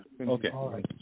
Okay